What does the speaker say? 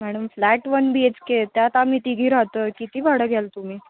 madam flat one B H K त्यात आम्ही तिघी राहतो किती भाडं घ्याल तुम्ही